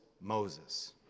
Moses